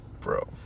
Bro